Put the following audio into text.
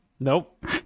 nope